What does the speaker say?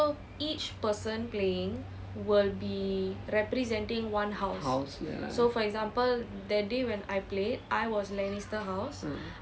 house ya mm